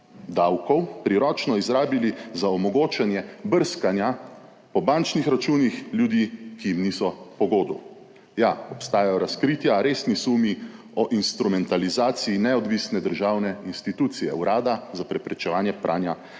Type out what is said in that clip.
davkov priročno izrabili za omogočanje brskanja po bančnih računih ljudi, ki jim niso po godu. Ja, obstajajo razkritja, resni sumi o instrumentalizaciji neodvisne državne institucije Urada za preprečevanje pranja